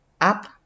up